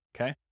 okay